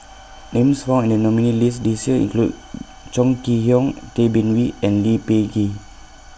Names found in The nominees' list This Year include Chong Kee Hiong Tay Bin Wee and Lee Peh Gee